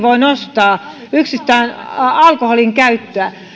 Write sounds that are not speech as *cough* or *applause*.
*unintelligible* voi nostaa alkoholin käyttöä